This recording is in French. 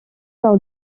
par